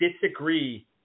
disagree